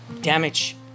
damage